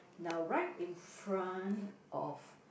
now right in front of